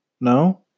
No